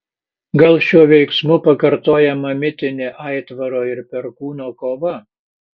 gal šiuo veiksmu pakartojama mitinė aitvaro ir perkūno kova